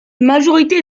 majorité